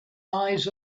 eyes